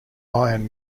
iron